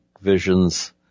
visions